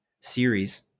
series